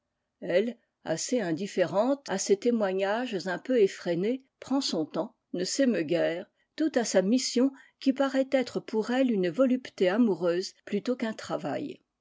elle assez indifféra à ces témoignages un peu effrénées prend son temps ne s'émeut guère tout à sa mission qui paraît être pour elle une voluplé amoureuse plutôt qu'un travail